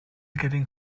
getting